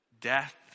death